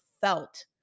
felt